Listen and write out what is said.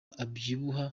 abyibuha